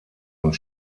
und